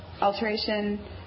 alteration